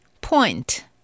point